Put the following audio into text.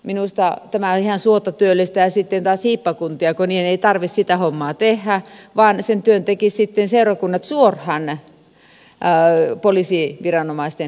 minusta tämä ihan suotta työllistää sitten taas hiippakuntia kun niiden ei tarvitse sitä hommaa tehdä vaan sen työn tekisivät sitten seurakunnat suoraan poliisiviranomaisten kanssa